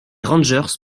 rangers